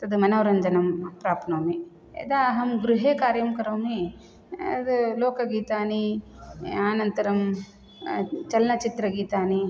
तत् मनोरञ्जनं प्राप्नोमि यदा अहं गृहे कार्यं करोमि लोकगीतानि अनन्तरं चलनच्चित्रगीतानि